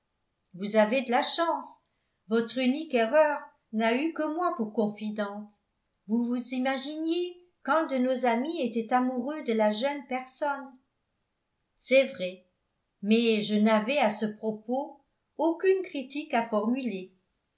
vous avez de la chance votre unique erreur n'a eu que moi pour confidente vous vous imaginiez qu'un de nos amis était amoureux de la jeune personne c'est vrai mais je n'avais à ce propos aucune critique à formuler